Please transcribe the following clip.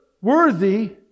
worthy